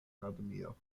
akademio